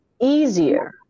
easier